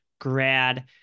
grad